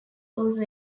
also